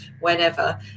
whenever